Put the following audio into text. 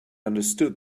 understood